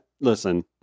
Listen